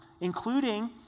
including